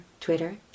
Twitter